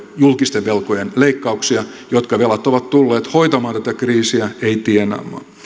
julkisten velkojen leikkauksia jotka velat ovat tulleet hoitamaan tätä kriisiä ei tienaamaan